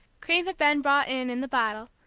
cream had been brought in in the bottle,